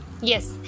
yes